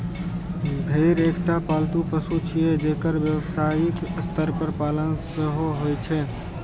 भेड़ एकटा पालतू पशु छियै, जेकर व्यावसायिक स्तर पर पालन सेहो होइ छै